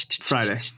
Friday